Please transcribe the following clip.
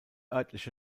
örtliche